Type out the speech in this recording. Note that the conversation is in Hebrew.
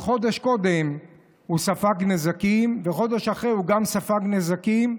בחודש קודם הוא ספג נזקים וגם בחודש אחרי הוא ספג נזקים,